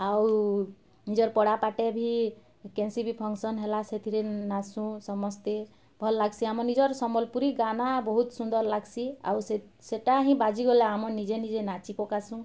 ଆଉ ନିଜର ପଡ଼ା ପାଟେ ଭି କେନ୍ସି ବି ଫଙ୍କସନ୍ ହେଲା ସେଥିରେ ନାଚସୁଁ ସମସ୍ତେ ଭଲ ଲାଗ୍ସି ଆମର୍ ନିଜର୍ ସମ୍ବଲପୁରୀ ଗାନା ବହୁତ୍ ସୁନ୍ଦର ଲାଗ୍ସି ଆଉ ସେ ସେଇଟା ହିଁ ବାଜିଗଲେ ଆମର ନିଜେ ନିଜେ ନାଚିପକାସୁଁ